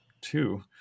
two